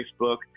Facebook